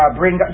bring